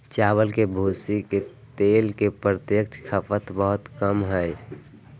चावल के भूसी के तेल के प्रत्यक्ष खपत बहुते कम हइ